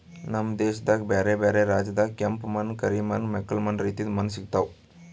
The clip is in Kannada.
ನಮ್ ದೇಶದಾಗ್ ಬ್ಯಾರೆ ಬ್ಯಾರೆ ರಾಜ್ಯದಾಗ್ ಕೆಂಪ ಮಣ್ಣ, ಕರಿ ಮಣ್ಣ, ಮೆಕ್ಕಲು ಮಣ್ಣ ರೀತಿದು ಮಣ್ಣ ಸಿಗತಾವ್